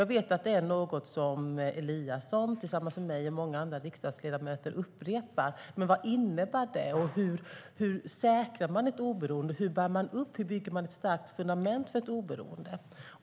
Jag vet att det är något som Eliasson tillsammans med mig och många andra riksdagsledamöter upprepar. Men vad innebär det, och hur säkrar man ett oberoende? Hur bygger man ett starkt fundament för ett oberoende?